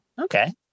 Okay